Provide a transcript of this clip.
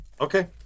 Okay